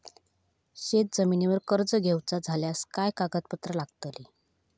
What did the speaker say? शेत जमिनीवर कर्ज घेऊचा झाल्यास काय कागदपत्र लागतली?